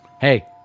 hey